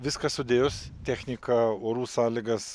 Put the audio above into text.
viską sudėjus techniką orų sąlygas